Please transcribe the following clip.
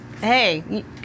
hey